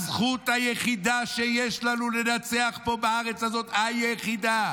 הזכות היחידה שיש לנו לנצח פה, בארץ הזאת, היחידה,